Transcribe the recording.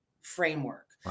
framework